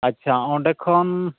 ᱟᱪᱪᱷᱟ ᱚᱸᱰᱮ ᱠᱷᱚᱱ